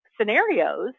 scenarios